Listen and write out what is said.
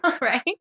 Right